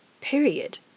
Period